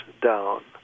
down